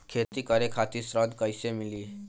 खेती करे खातिर ऋण कइसे मिली?